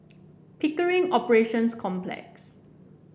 Pickering Operations Complex